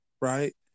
Right